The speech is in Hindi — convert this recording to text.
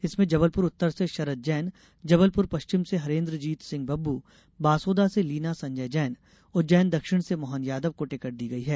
इसमें जबलपुर उत्तर से शरद जैन जबलपुर पश्चिम से हरेन्द्रजीत सिंह बब्बू बासोदा से लीना संजय जैन उज्जैन दक्षिण से मोहन यादव को टिकट दी गई है